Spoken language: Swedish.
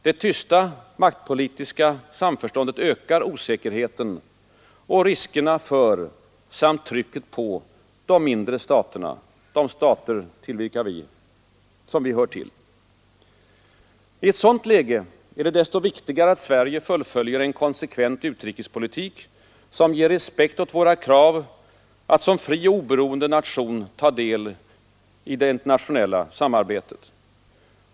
Det tysta maktpolitiska samförståndet ökar osäkerheten och riskerna för samt trycket på de mindre staterna, den grupp av stater som vi tillhör. I ett sådant läge är det desto viktigare att Sverige fullföljer en konsekvent utrikespolitik, som ger respekt åt våra krav att som fri och oberoende nation ta del i det internationella samarbetet.